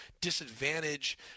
disadvantage